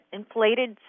inflated